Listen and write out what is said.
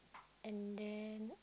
and then